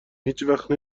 هیچوقت